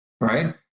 right